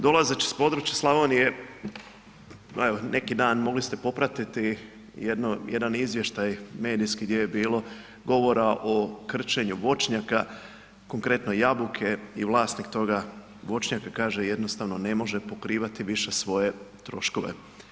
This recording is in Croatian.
Dolazeći s područja Slavonije evo neki dan mogli ste popratiti jedan izvještaj medijski gdje je bilo govora o krčenju voćnjaka, konkretno jabuke i vlasnik toga voćnjaka kaže jednostavno ne može pokrivati više svoje troškove.